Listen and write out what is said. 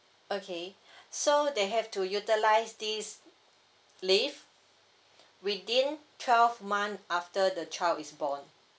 okay so they have to utilise this leave within twelve month after the child is born